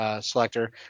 selector